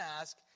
ask